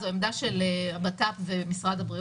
זו העמדה של הבט"פ ושל משרד הבריאות.